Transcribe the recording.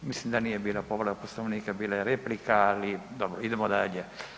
Mislim da nije bila povreda Poslovnika, bila je replika ali dobro, idemo dalje.